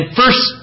first